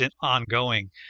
ongoing